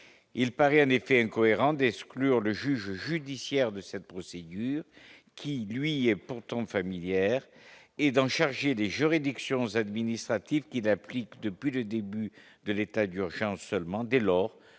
il paraît en effet incohérent Descoutures le juge judiciaire de cette procédure qui lui est pourtant familière et donc chargé des juridictions aux administratifs qui n'applique depuis le début de l'état d'urgence seulement dès lors